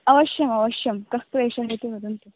अवश्यं अवश्यं कस्तु एषः इति वदन्तु